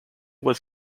was